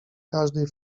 każdej